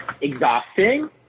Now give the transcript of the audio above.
exhausting